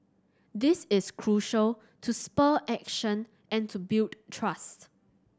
this is crucial to spur action and to build trust